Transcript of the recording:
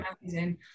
amazing